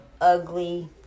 ugly